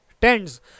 tends